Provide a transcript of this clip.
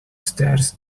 stairs